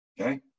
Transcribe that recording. Okay